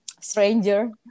stranger